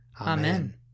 Amen